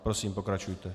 Prosím, pokračujte.